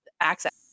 access